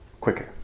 quicker